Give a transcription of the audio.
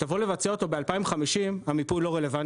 כשתבוא לבצע אותו ב-2050 המיפוי לא רלוונטי,